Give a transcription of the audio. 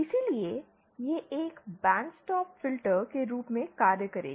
इसलिए यह एक बैंड स्टॉप फिल्टर के रूप में कार्य करेगी